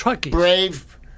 Brave